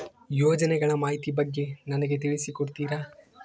ಯೋಜನೆಗಳ ಮಾಹಿತಿ ಬಗ್ಗೆ ನನಗೆ ತಿಳಿಸಿ ಕೊಡ್ತೇರಾ?